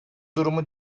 durumu